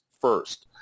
first